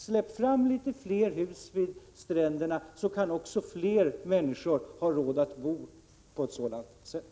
Släpp fram litet fler hus vid de stränderna så kan fler människor ha råd att bo på ett sådant sätt.